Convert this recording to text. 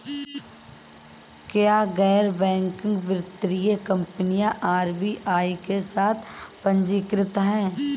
क्या गैर बैंकिंग वित्तीय कंपनियां आर.बी.आई के साथ पंजीकृत हैं?